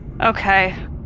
Okay